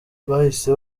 bahise